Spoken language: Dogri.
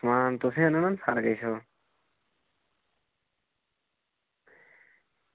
समान तुसें आह्नना साढ़े कशा